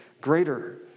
greater